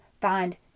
find